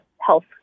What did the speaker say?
health